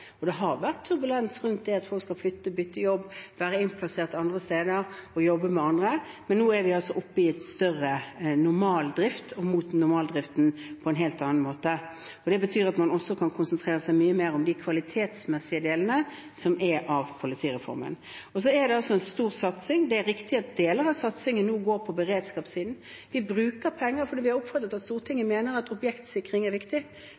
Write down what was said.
Det har vært turbulens rundt det at folk skal flytte, bytte jobb, være innplassert andre steder og jobbe med andre, men nå er det mer opp mot normaldriften på en helt annen måte. Det betyr at man også kan konsentrere seg mye mer om de kvalitetsmessige delene av politireformen. Dette er en stor satsing. Det er riktig at deler av satsingen nå går på beredskapssiden. Vi bruker penger fordi vi har oppfattet at Stortinget mener at objektsikring er viktig.